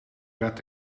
bed